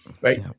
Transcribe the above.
right